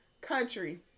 Country